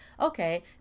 Okay